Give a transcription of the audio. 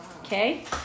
Okay